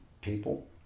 people